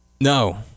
No